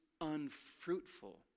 unfruitful